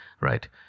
right